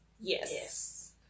Yes